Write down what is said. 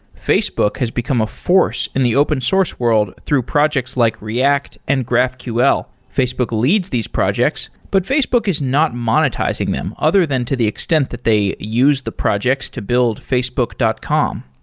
facebook has become a force in the open source world through projects like react and graphql. facebook leads these projects, but facebook is not monetizing them other than to the extent that they use the projects to build facebook dot com.